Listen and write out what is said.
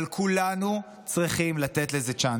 אבל כולנו צריכים לתת לזה צ'אנס.